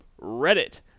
Reddit